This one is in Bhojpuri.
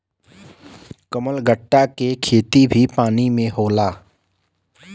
कमलगट्टा के खेती भी पानी में होला